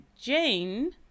Jane